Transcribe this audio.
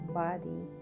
body